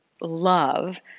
love